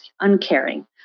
uncaring